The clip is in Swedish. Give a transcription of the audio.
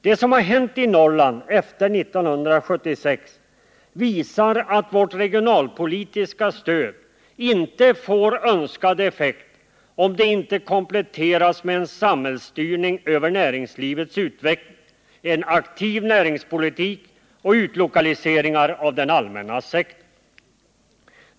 Det som har hänt i Norrland efter 1976 visar att vårt regionalpolitiska stöd inte får önskad effekt, om det inte kompletteras med en samhällsstyrning av näringslivets utveckling, en aktiv näringspolitik och utlokaliseringar av den allmänna sektorn.